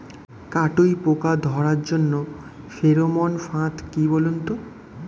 কাটুই পোকা ধরার জন্য ফেরোমন ফাদ কি বলুন তো?